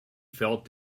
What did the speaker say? felt